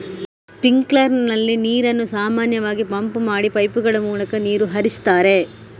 sprinkler ನಲ್ಲಿ ನೀರನ್ನು ಸಾಮಾನ್ಯವಾಗಿ ಪಂಪ್ ಮಾಡಿ ಪೈಪುಗಳ ಮೂಲಕ ನೀರು ಹರಿಸ್ತಾರೆ